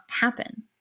happen